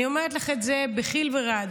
אני אומרת לך את זה בחיל ורעדה: